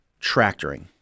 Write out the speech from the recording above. tractoring